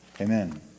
Amen